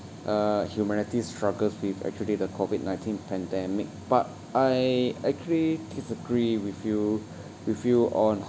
uh humanity struggles with actually the COVID nineteen pandemic but I actually disagree with you with you on